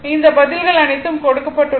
இந்த பதில்கள் அனைத்தும் கொடுக்கப்பட்டுள்ளன